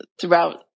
throughout